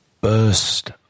burst